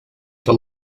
the